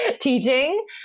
teaching